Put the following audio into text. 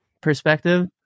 perspective